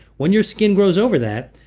when your skin grows over that,